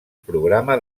programa